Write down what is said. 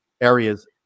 areas